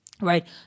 Right